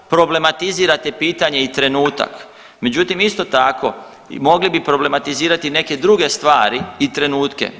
Problematizirate pitanje i trenutak, međutim isto tako mogli bi problematizirati neke druge stvari i trenutke.